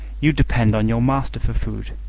you depend on your master for food,